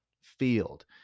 field